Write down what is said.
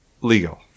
legal